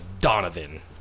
Donovan